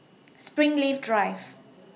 Springleaf Drive